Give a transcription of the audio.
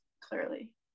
clearly